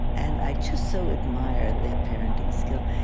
and i just so admired their parenting skills.